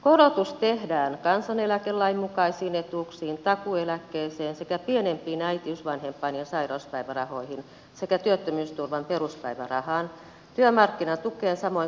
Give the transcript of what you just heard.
korotus tehdään kansaneläkelain mukaisiin etuuksiin takuueläkkeeseen sekä pienimpiin äitiys vanhempain ja sairauspäivärahoihin sekä työttömyysturvan peruspäivärahaan työmarkkinatukeen samoin kuin toimeentulotukeen